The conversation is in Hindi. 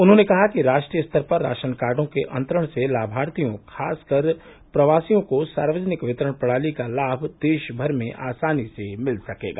उन्होंने कहा कि राष्ट्रीय स्तर पर राशनकार्डो के अंतरण से लामार्थियों खासकर प्रवासियों को सार्वजनिक वितरण प्रणाली का लाभ देश भर में आसानी से मिल सकेगा